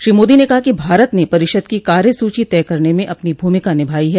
श्री मोदी ने कहा कि भारत ने परिषद की कायसूची तय करने में अपनी भूमिका निभाई है